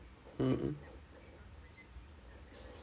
mmhmm